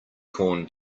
corn